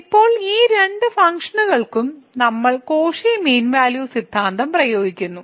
ഇപ്പോൾ ഈ രണ്ട് ഫംഗ്ഷനുകൾക്കും നമ്മൾ കോഷി മീൻ വാല്യൂ സിദ്ധാന്തം പ്രയോഗിക്കുന്നു